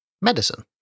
medicine